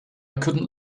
couldn’t